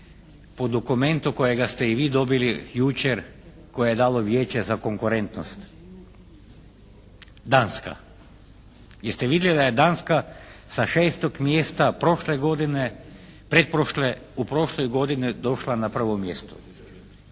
po dokumentu kojega ste i vi dobili jučer koje je dalo Vijeće za konkurentnost Danska. Jeste li vidjeli da je Danska sa šestog mjesta prošle godine, pretprošle